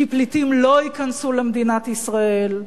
כי פליטים לא ייכנסו למדינת ישראל,